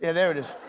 yeah there it is.